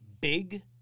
big